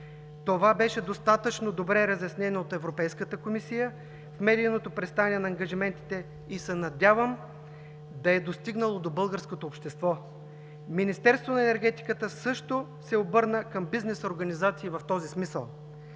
Това беше достатъчно добре разяснено от Европейската комисия в медийното представяне на ангажиментите и се надявам да е достигнало до българското общество. Министерството на енергетиката също се обърна към бизнес организации в този смисъл.